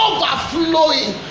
Overflowing